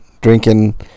drinking